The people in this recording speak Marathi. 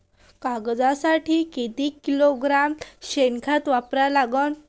कांद्यासाठी किती किलोग्रॅम शेनखत वापरा लागन?